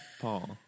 Paul